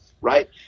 right